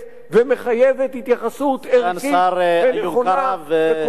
ומחייבת התייחסות ערכית ונכונה וכוללת.